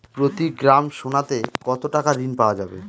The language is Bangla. প্রতি গ্রাম সোনাতে কত টাকা ঋণ পাওয়া যাবে?